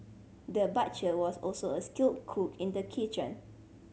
the butcher was also a skilled cook in the kitchen